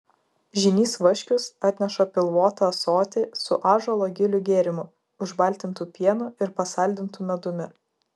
žynys vaškius atneša pilvotą ąsotį su ąžuolo gilių gėrimu užbaltintu pienu ir pasaldintu medumi